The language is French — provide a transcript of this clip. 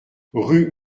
rue